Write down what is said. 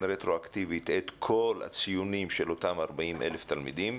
רטרואקטיבית את כל הציונים של אותם 40,000 תלמידים,